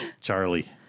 Charlie